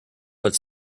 but